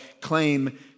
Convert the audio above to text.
claim